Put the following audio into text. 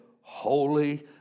holy